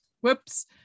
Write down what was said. whoops